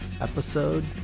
episode